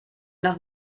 nach